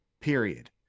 period